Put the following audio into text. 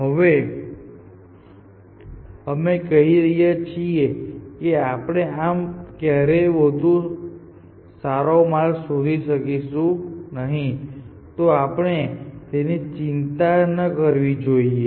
હવે અમે કહી રહ્યા છીએ કે આપણે આમ પણ ક્યારેય વધુ સારો માર્ગ શોધી શકીશું નહીં તો પછી આપણે તેની ચિંતા ન કરવી જોઈએ